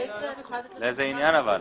לאיזה עניין?